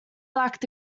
lacked